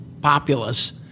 populace